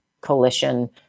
coalition